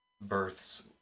births